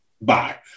bye